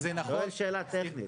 אני שואל שאלה טכנית.